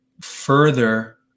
further